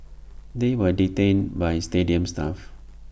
they were detained by stadium staff